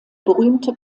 berühmte